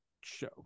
show